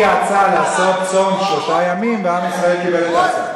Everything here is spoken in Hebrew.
היא יעצה לעשות צום שלושה ימים ועם ישראל קיבל את העצה.